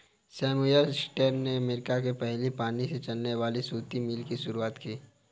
Samuel Slater ने America में पहली पानी से चलने वाली सूती मिल की शुरुआत की